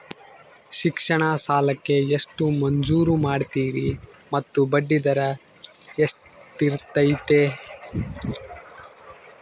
ಶಿಕ್ಷಣ ಸಾಲಕ್ಕೆ ಎಷ್ಟು ಮಂಜೂರು ಮಾಡ್ತೇರಿ ಮತ್ತು ಬಡ್ಡಿದರ ಎಷ್ಟಿರ್ತೈತೆ?